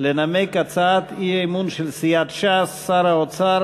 לנמק הצעת האי-אמון של סיעת ש"ס: שר האוצר